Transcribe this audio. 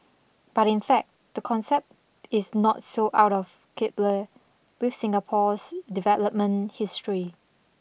but in fact the concept is not so out of kilter with Singapore's development history